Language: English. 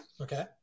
Okay